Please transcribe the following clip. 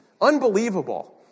Unbelievable